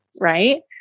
right